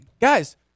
guys